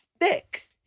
thick